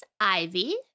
Ivy